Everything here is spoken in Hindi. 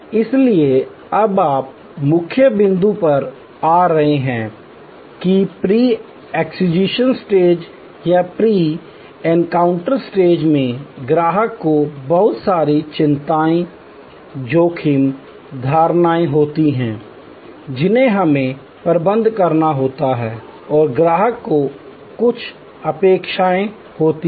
इसलिए अब आप मुख्य बिंदु पर आ रहे हैं कि प्री एक्विजिशन स्टेज या प्री एनकाउंटर्स स्टेज में ग्राहक को बहुत सारी चिंताएं जोखिम धारणाएं होती हैं जिन्हें हमें प्रबंधित करना होता है और ग्राहक को कुछ अपेक्षाएं होती हैं